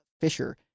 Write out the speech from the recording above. Fisher